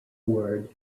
word